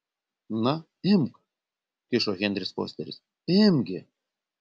na imk kišo henris fosteris imk gi